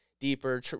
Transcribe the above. deeper